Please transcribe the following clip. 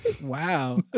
wow